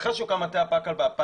אחרי שהוקם המטה ב-2006,